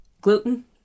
Gluten